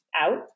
out